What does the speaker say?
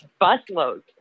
busloads